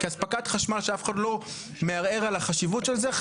אספקת חשמל שאף אחד לא מערער על החשיבות של זה,